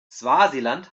swasiland